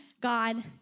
God